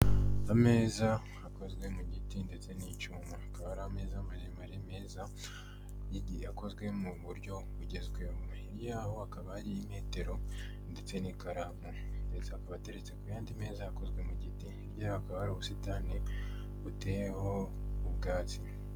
Ameza akozwe mu giti ndetse n'icyuma akaba ari ameza maremare meza yakozwe muburyo bugezweho imbere yaho hakaba hari imetero ndetse n'ikaramu akaba ateretse ku yandi meza yakozwe mu giti hirya hari ubusitani buteyeho ubwatsi.